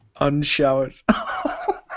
Unshowered